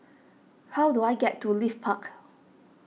how do I get to Leith Park